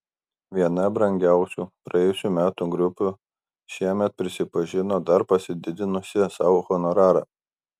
viena brangiausių praėjusių metų grupių šiemet prisipažino dar pasididinusi sau honorarą